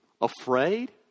afraid